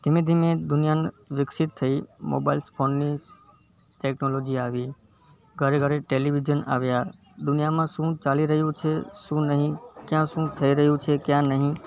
ધીમે ધીમે દુનિયા ન વિક્સિત થઈ મોબાઈલ્સ ફોનની ટેકનોલોજી આવી ઘરે ઘરે ટેલિવિઝન આવ્યાં દુનિયામાં શું ચાલી રહયું છે શું નહીં ક્યાં શું થઈ રહ્યું છે ક્યાં નહીં